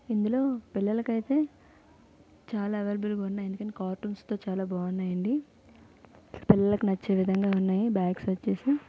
ఇందులో పిల్లలకి అయితే చాలా అవైలబుల్గా ఉన్నాయి ఎందుకంటే కార్టూన్స్తో చాలా బాగున్నాయి అండి పిల్లలకి నచ్చే విధంగా ఉన్నాయి బ్యాగ్స్ వచ్చేసి